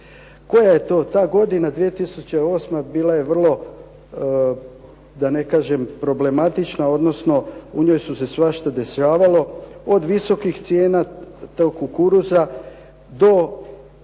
Koja je to, ta godina 2008. bila je vrlo, da ne kažem problematična, odnosno u njoj su se svašta dešavalo. Od visokih cijena tog kukuruza do,